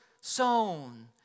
sown